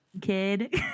kid